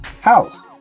house